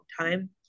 time